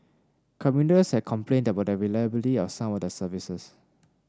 commuters had complained about the reliability of some of the services